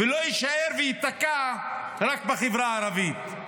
ולא יישאר וייתקע רק בחברה הערבית.